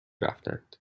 رفتند